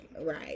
right